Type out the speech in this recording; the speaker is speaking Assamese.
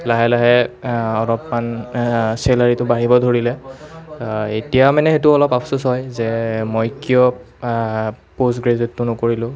লাহে লাহে অলপমান চেলাৰিটো বাঢ়িব ধৰিলে এতিয়া মানে সেইটো অলপ আফচোচ হয় যে মই কিয় পষ্ট গ্ৰেজুয়েটটো নকৰিলোঁ